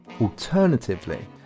Alternatively